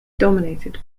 dominated